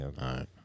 right